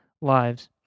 lives